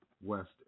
West